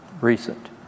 recent